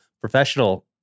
professional